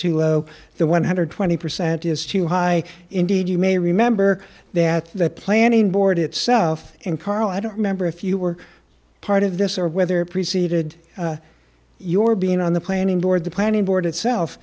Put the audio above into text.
too low the one hundred twenty percent is too high indeed you may remember that the planning board itself and car i don't remember if you were part of this or whether preceded your being on the planning board the planning board itself